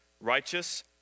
righteous